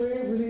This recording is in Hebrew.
כואב לי